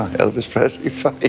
elvis presley? fine!